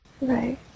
Right